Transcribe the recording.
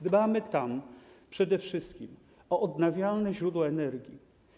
Dbamy tam przede wszystkim o odnawialne źródła energii.